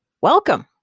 welcome